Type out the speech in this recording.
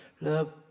love